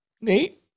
Nate